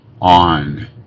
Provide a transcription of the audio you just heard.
on